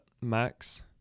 max